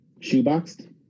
Shoeboxed